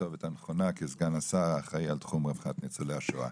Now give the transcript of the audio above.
הכתובת הנכונה כסגן השר האחראי על תחום רווחת ניצולי השואה.